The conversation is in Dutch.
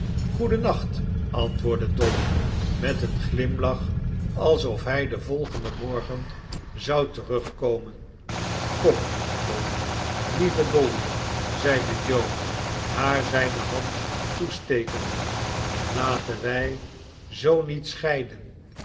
goedennacht antwoordde dolly met een glimlach alsof hij den volgenden morgen zou terugkomen kom dolly lieve dolly zeide joe haar zijne hand toestekende laten wij zoo niet scheiden